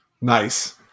Nice